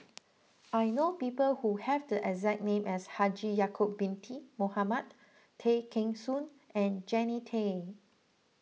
I know people who have the exact name as Haji Ya'Acob Binty Mohamed Tay Kheng Soon and Jannie Tay